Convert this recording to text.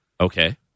Okay